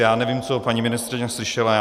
Já nevím, co paní ministryně slyšela.